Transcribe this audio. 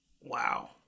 Wow